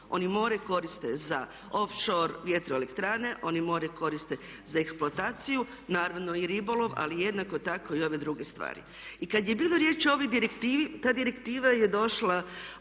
Oni more koriste za off shore vjetroelektrane, oni more koriste za eksploataciju naravno i ribolov ali jednako tako i ove druge stvari. I kad je bilo riječi o ovoj direktivi ta direktiva je došla,